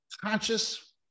conscious